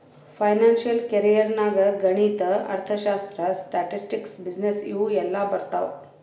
financial career ನಾಗ್ ಗಣಿತ, ಅರ್ಥಶಾಸ್ತ್ರ, ಸ್ಟ್ಯಾಟಿಸ್ಟಿಕ್ಸ್, ಬಿಸಿನ್ನೆಸ್ ಇವು ಎಲ್ಲಾ ಬರ್ತಾವ್